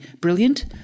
brilliant